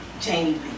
Jamie